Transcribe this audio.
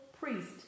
priest